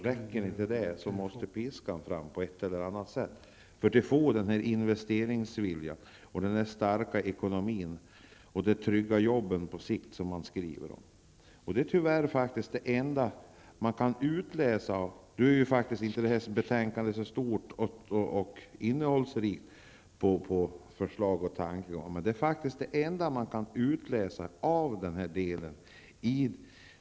Räcker inte det måste på ett eller annat sätt piskan fram för att få fram investeringsviljan och därmed den starka ekonomin, och de på sikt trygga jobben som man skriver om. Visserligen är betänkandet omfattande och innehåller många förslag och tankegångar, men det är faktiskt det enda man kan utläsa i den här delen.